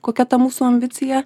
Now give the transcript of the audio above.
kokia ta mūsų ambicija